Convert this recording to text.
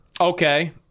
okay